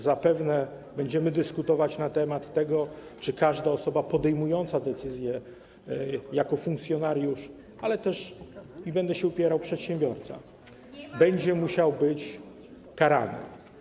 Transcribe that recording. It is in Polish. Zapewne będziemy dyskutować na temat tego, czy każda osoba podejmująca decyzję jako funkcjonariusz, ale też - i będę się upierał - przedsiębiorca, będzie musiała być karana.